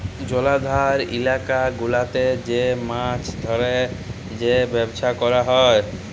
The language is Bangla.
জলাধার ইলাকা গুলাতে যে মাছ ধ্যরে যে ব্যবসা ক্যরা হ্যয়